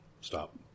stop